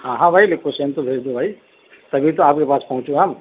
ہاں ہاں بھائی لوکیشن تو بھیج دو بھائی تبھی تو آپ کے پاس پہنچوں ہم